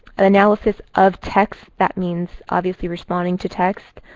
and analysis of text. that means, obviously, responding to text.